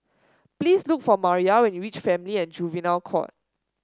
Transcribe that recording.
please look for Maria when you reach Family and Juvenile Court